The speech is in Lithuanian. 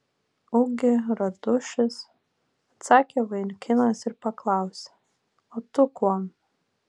ugi radušis atsakė vaikinas ir paklausė o tu kuom